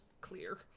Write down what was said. clear